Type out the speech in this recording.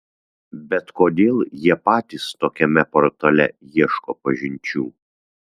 bet kodėl jie patys tokiame portale ieško pažinčių